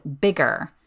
bigger